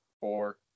four